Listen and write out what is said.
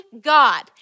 God